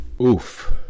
Oof